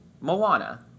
Moana